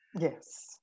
Yes